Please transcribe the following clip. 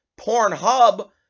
Pornhub